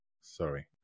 Sorry